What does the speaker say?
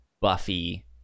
Buffy